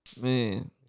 Man